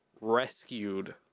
rescued